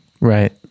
Right